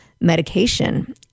medication